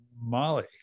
Molly